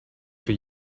for